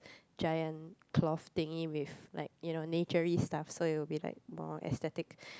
giant cloth thingy with like you know natury stuff so it will be like more aesthetic